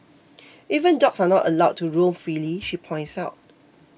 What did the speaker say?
even dogs are not allowed to roam freely she points out